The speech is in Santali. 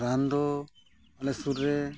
ᱨᱟᱱᱫᱚ ᱟᱞᱮ ᱥᱩᱨ ᱨᱮ